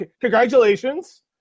congratulations